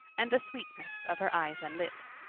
and the sweetness of her eyes and lips.